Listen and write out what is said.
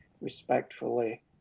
respectfully